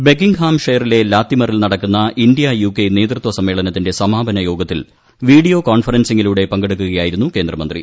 Buckingham ഷെയറിലെ ലാത്തിമറിൽ നടക്കുന്ന ഇന്ത്യ യു കെ നേതൃത്വ സമ്മേളനത്തിന്റെ സമാപന യോഗത്തിൽ വീഡിയോ കോൺഫറൻസിങ്ങിലൂടെ പങ്കെടുക്കുകയായിരുന്നു കേന്ദ്രമന്ത്രി